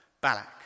Balak